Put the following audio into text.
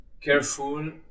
careful